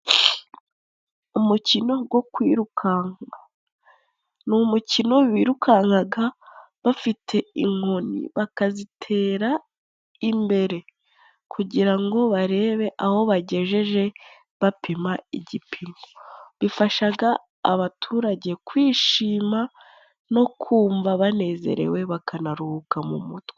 Umukino wo kwirukanka ni umukino birukanka bafite inkoni, bakazitera imbere kugira ngo barebe aho bagejeje bapima igipimo, bifasha abaturage kwishima no kumva banezerewe bakanaruhuka mu mutwe.